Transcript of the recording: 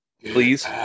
Please